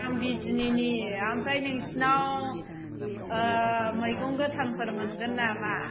आं बिजनीनि ओमफ्राय नोंसिनाव मैगं गोथांफोर मोनगोन नामा